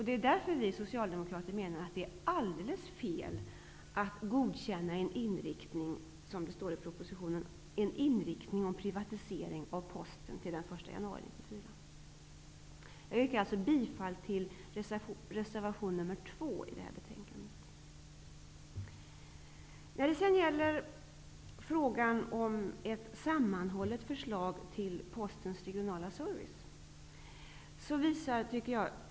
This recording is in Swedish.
Det är därför vi socialdemokrater menar att det är alldeles fel att godkänna -- som det anförs i propositionen -- en inriktning mot privatisering av Jag yrkar bifall till reservation 2. Vidare har vi frågan om ett sammmanhållet förslag om Postens regionala service.